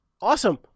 Awesome